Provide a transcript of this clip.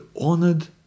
honored